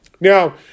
Now